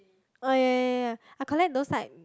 oh ya ya ya ya I collect those like